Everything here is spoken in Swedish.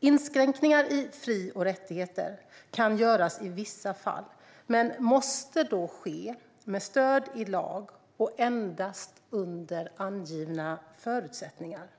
Inskränkningar i fri och rättigheter kan göras i vissa fall men måste då ske med stöd i lag och endast under angivna förutsättningar.